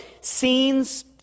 scenes